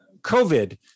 COVID